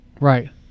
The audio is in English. Right